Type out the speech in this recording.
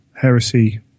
heresy